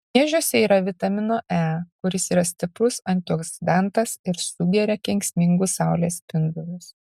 miežiuose yra vitamino e kuris yra stiprus antioksidantas ir sugeria kenksmingus saulės spindulius